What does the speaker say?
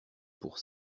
pour